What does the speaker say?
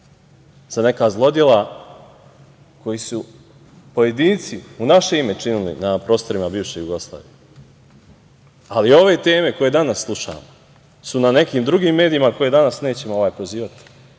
za neka zlodela koja su pojedinci u naše ime učinili na prostorima bivše Jugoslavije. Ali, ove teme koje danas slušamo su na nekim drugim medijima, koje danas nećemo prozivati,